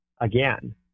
again